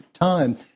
time